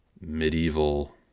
medieval